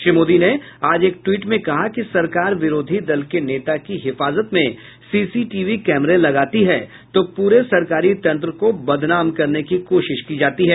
श्री मोदी ने आज एक ट्वीट में कहा कि सरकार विरोधी दल के नेता की हिफाजत में सीसीटीवी कैमरे लगाती है तो पूरे सरकारी तंत्र को बदनाम करने की कोशिश की जाती है